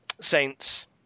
Saints